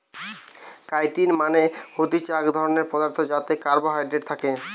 chitin মানে হতিছে এক ধরণের পদার্থ যাতে কার্বোহাইড্রেট থাকে